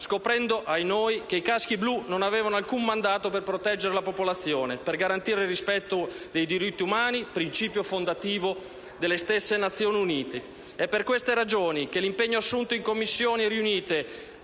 scoprendo - ahinoi - che i caschi blu non avevano alcun mandato per proteggere la popolazione, per garantire il rispetto dei diritti umani, principio fondativo delle stesse Nazioni Unite. È per queste ragioni che l'impegno assunto dal Governo in Commissioni riunite